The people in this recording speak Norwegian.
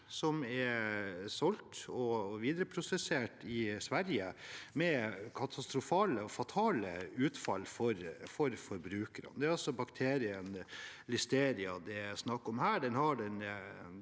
laks er solgt og videreprosessert i Sverige med katastrofale og fatale utfall for forbrukerne. Det er bakterien listeria det er snakk om her.